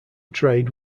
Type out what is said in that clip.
trade